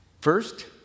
First